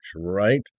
right